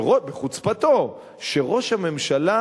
בחוצפתו, שראש הממשלה